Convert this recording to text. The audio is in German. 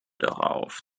darauf